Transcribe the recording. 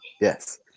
Yes